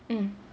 mm